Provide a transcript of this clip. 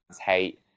hate